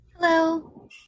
Hello